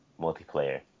multiplayer